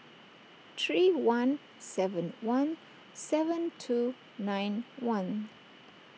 three one seven one seven two nine one